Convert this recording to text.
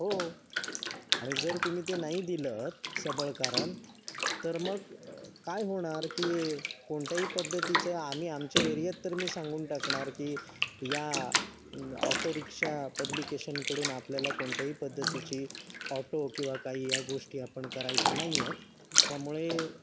हो आणि जर तुम्ही ते नाही दिलंत सबळ कारण तर मग काय होणार की कोणत्याही पद्धतीचं आम्ही आमच्या एरियात तर मी सांगून टाकणार की या ऑटो रिक्षा पब्लिकेशनकडून आपल्याला कोणत्याही पद्धतीची ऑटो किंवा काही या गोष्टी आपण करायच्या नाही आहेत त्यामुळे